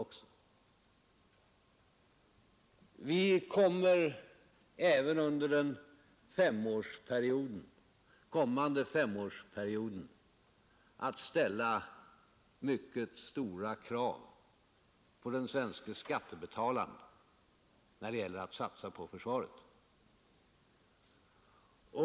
Även under den kommande femårsperioden kommer vi att ställa mycket stora krav på den svenske skattebetalaren när det gäller att satsa på försvaret.